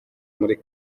muri